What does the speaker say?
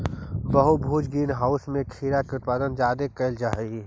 बहुभुज green house में खीरा के उत्पादन जादे कयल जा हई